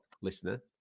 listener